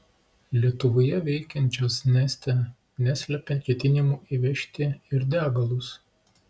lietuvoje veikiančios neste neslepia ketinimų įvežti ir degalus